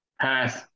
Pass